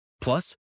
Plus